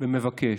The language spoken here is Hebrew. אני מבקש,